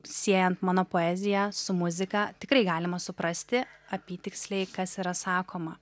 siejant mano poeziją su muzika tikrai galima suprasti apytiksliai kas yra sakoma